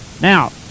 Now